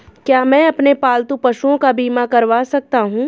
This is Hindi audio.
क्या मैं अपने पालतू पशुओं का बीमा करवा सकता हूं?